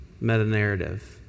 meta-narrative